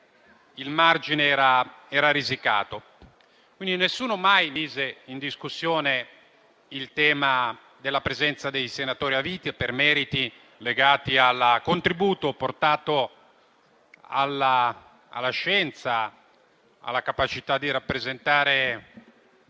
il margine era risicato. Nessuno mai, quindi, mise in discussione il tema della presenza dei senatori a vita per meriti legati al contributo portato alla scienza o alla capacità di rappresentare